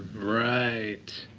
right.